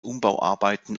umbauarbeiten